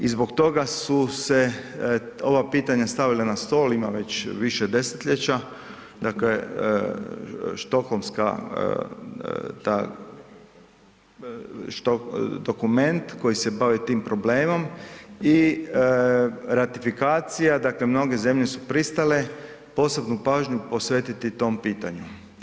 I zbog toga su se ova pitanja stavila na stol, ima već više desetljeća dakle štokholmski dokument koji se bavi tim problemom i ratifikacija, dakle mnoge zemlje su pristale posebnu pažnju posvetiti tom pitanju.